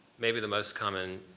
maybe the most common